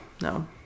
no